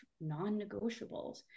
non-negotiables